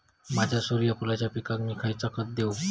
माझ्या सूर्यफुलाच्या पिकाक मी खयला खत देवू?